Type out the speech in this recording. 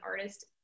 artist